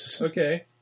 Okay